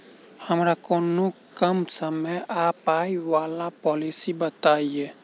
हमरा कोनो कम समय आ पाई वला पोलिसी बताई?